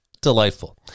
Delightful